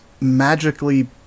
magically